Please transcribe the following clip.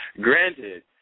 Granted